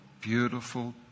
beautiful